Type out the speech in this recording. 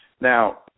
Now